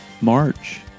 March